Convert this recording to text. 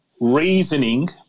Reasoning